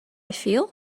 feel